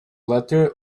letter